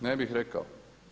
Ne bih rekao.